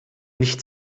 nicht